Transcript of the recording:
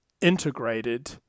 integrated